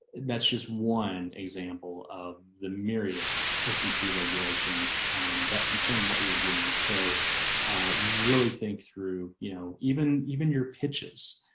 that's just one example of the myriad and sec regulations that concern, what you're doing. so really think through, you know, even, even your pitches,